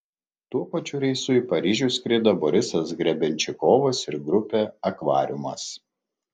tuo pačiu reisu į paryžių skrido borisas grebenščikovas ir grupė akvariumas